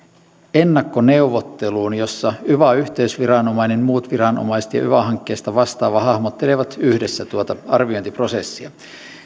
ennakkoneuvotteluun jossa yva yhteysviranomainen muut viranomaiset ja yva hankkeesta vastaava hahmottelevat yhdessä tuota arviointiprosessia